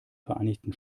vereinigten